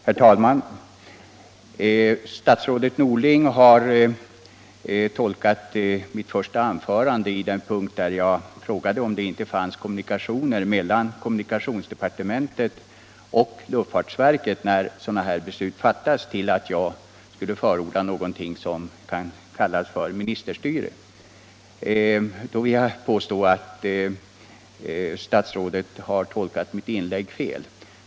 Herr talman! Statsrådet Norling har tolkat min fråga om det inte fanns kommunikationer mellan kommunikationsdepartementet och luftfartsverket när sådana här beslut fattas så att jag skulle förorda något som 61 kan kallas ministerstyre. Där har statsrådet tolkat mitt inlägg fel.